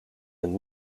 een